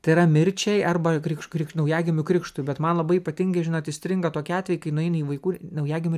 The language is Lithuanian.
tai yra mirčiai arba krikš krikš naujagimių krikštui bet man labai ypatingai žinot įstringa tokie atvejai kai nueini į vaikų naujagimių